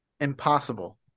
Impossible